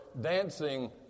dancing